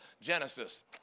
Genesis